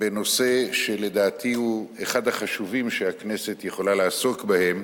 בנושא שלדעתי הוא אחד החשובים שהכנסת יכולה לעסוק בהם,